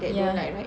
yeah